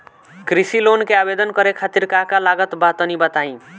कृषि लोन के आवेदन करे खातिर का का लागत बा तनि बताई?